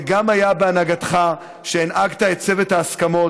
זה גם היה בהנהגתך, הנהגת את צוות ההסכמות,